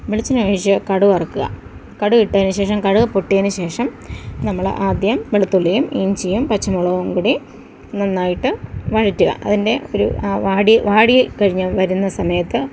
വെളിച്ചെണ്ണ ഒഴിച്ച് കടുക് വറുക്കുക കടുക് ഇട്ടതിന് ശേഷം കടുക് പൊട്ടിയതിന് ശേഷം നമ്മൾ ആദ്യം വെളുത്തുള്ളിയും ഇഞ്ചിയും പച്ചമുളകും കൂടി നന്നായിട്ട് വഴറ്റുക അതിൻ്റെ ഒരു ആ വാടി വാടി കഴിഞ്ഞ് വരുന്ന സമയത്ത്